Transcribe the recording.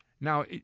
Now